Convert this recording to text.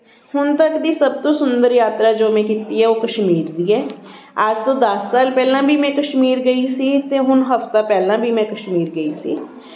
ਹੁਣ ਤੱਕ ਦੀ ਸਭ ਤੋਂ ਸੁੰਦਰ ਯਾਤਰਾ ਜੋ ਮੈਂ ਕੀਤੀ ਹੈ ਉਹ ਕਸ਼ਮੀਰ ਦੀ ਹੈ ਅੱਜ ਤੋਂ ਦਸ ਸਾਲ ਪਹਿਲਾਂ ਵੀ ਮੈਂ ਕਸ਼ਮੀਰ ਗਈ ਸੀ ਅਤੇ ਹੁਣ ਹਫਤਾ ਪਹਿਲਾਂ ਵੀ ਮੈਂ ਕਸ਼ਮੀਰ ਗਈ ਸੀ